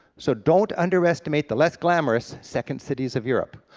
so don't underestimate the less glamorous second cities of europe.